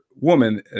woman